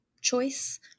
choice